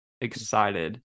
excited